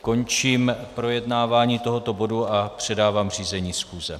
Končím projednávání tohoto bodu a předávám řízení schůze.